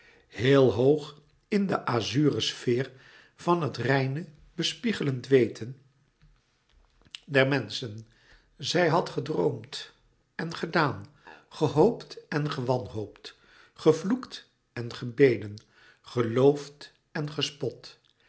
héel hoog in de azuren sfeer van het reine bespiegelend weten der menschen zij had gedroomd en gedaan gehoopt en gewanhoopt gevloekt en gebeden geloofd en gespot